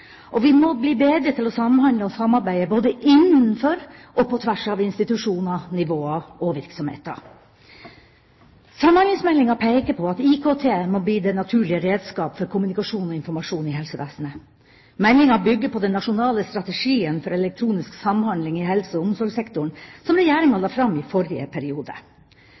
Og vi må bli bedre til å samhandle og samarbeide både innenfor og på tvers av institusjoner, nivåer og virksomheter. Samhandlingsmeldinga peker på at IKT må bli det naturlige redskap for kommunikasjon og informasjon i helsevesenet. Meldinga bygger på den nasjonale strategien for elektronisk samhandling i helse- og omsorgssektoren som Regjeringa la fram i forrige periode.